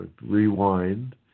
rewind